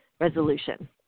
resolution